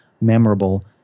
memorable